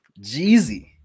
jeezy